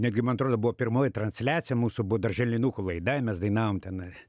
negi man atrodo buvo pirmoji transliacija mūsų darželinukų laida mes dainavom ten